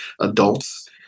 adults